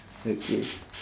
okay